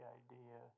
idea